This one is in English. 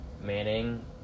Manning